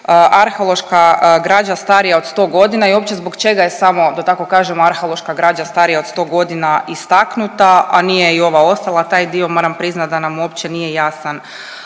arheološka građa starija od 100 godina i opće zbog čega je samo da tako kažem arheološka građa starija od 100 godina istaknuta, a nije i ova ostala. Taj dio moram priznat da nam uopće nije jasan